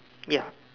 yeah